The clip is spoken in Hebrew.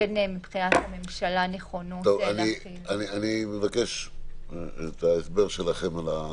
שמבחינת הממשלה כן יש נכונות להחיל --- אני מבקש מהממשלה הסבר מה כן,